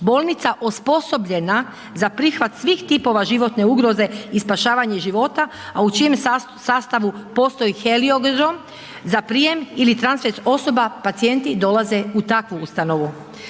Bolnica osposobljena za prihvat svih tipova životne ugroze i spašavanje života, a u čijem sastavu postoji heliodrom za prijem ili transfer osoba, pacijenti dolaze u takvu ustanovu.